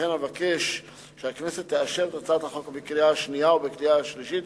ולכן אבקש שהכנסת תאשר את הצעת החוק בקריאה השנייה ובקריאה השלישית